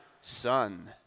son